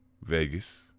Vegas